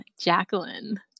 jacqueline